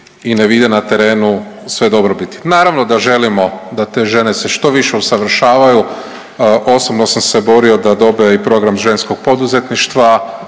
i ne vide na terenu sve dobrobiti. Naravno da želimo da te žene se što više usavršavaju, osobno sam se borio da dobe i program ženskog poduzetništva,